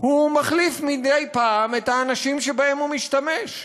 הוא מחליף מדי פעם את האנשים שבהם הוא משתמש.